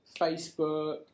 Facebook